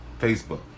Facebook